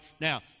now